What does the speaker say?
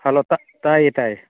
hello ꯇꯥꯏꯌꯦ ꯇꯥꯏꯌꯦ